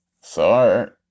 sorry